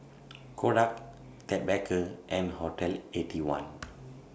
Kodak Ted Baker and Hotel Eighty One